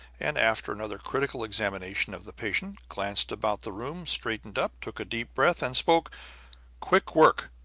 and, after another critical examination of the patient, glanced about the room, straightened up, took a deep breath, and spoke quick work.